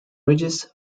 ridges